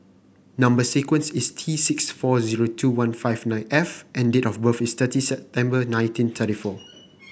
number sequence is T six four zero two one five nine F and date of birth is thirty September nineteen thirty four